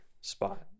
spot